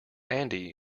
andy